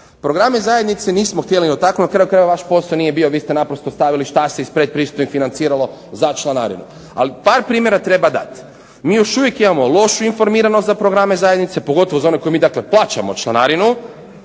Programe zajednice nismo htjeli dotaknut, na kraju krajeva vaš posao nije bio, vi ste naprosto stavili šta se iz predpristupnih financiralo za članarinu, ali par primjera treba dat. Mi još uvijek imamo lošu informiranost za programe zajednice, pogotovo za one koje mi dakle plaćamo članarinu,